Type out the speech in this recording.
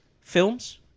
films